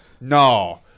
No